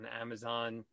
Amazon